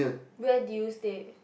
where do you stay